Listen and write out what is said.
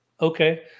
Okay